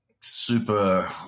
super